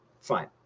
fine